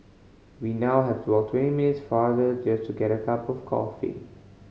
we now have to walk twenty minutes farther just to get a cup of coffee